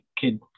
kid